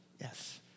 yes